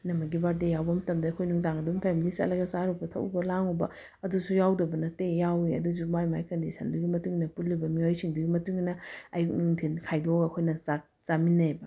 ꯏꯅꯝꯃꯒꯤ birthday ꯌꯥꯎꯕ ꯃꯇꯝꯗ ꯑꯩꯈꯣꯏ ꯅꯨꯡꯗꯥꯡ ꯑꯗꯨꯝ ꯐꯦꯃꯤꯂꯤ ꯆꯠꯂꯒ ꯆꯥꯔꯨꯕ ꯊꯛꯎꯕ ꯂꯥꯡꯎꯕ ꯑꯗꯨꯁꯨ ꯌꯥꯎꯗꯕ ꯅꯠꯇꯦ ꯌꯥꯎꯏ ꯑꯗꯨꯁꯨ ꯃꯥꯏ ꯃꯥꯒꯤ ꯀꯟꯗꯤꯁꯟꯗꯨꯒꯤ ꯃꯇꯨꯡ ꯏꯟꯅ ꯄꯨꯜꯂꯨꯕ ꯃꯤꯑꯣꯏꯁꯤꯡꯗꯨꯒꯤ ꯃꯇꯨꯡ ꯏꯟꯅ ꯑꯌꯨꯛ ꯅꯨꯡꯊꯤꯟ ꯈꯥꯏꯗꯣꯛꯑꯒ ꯑꯩꯈꯣꯏꯅ ꯆꯥꯛ ꯆꯥꯃꯤꯟꯅꯩꯑꯕ